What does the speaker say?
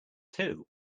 too